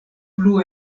plu